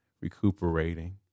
recuperating